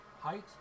Height